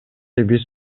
биз